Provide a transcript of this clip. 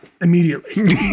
immediately